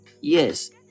Yes